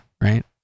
right